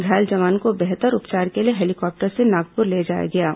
घायल जवान को बेहतर उपचार के लिए हेलीकॉप्टर से नागपुर ले जाया गया है